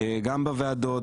גם בוועדות,